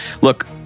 Look